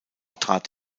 trat